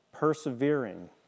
persevering